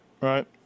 right